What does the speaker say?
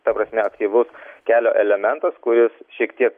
ta prasme aktyvus kelio elementas kuris šiek tiek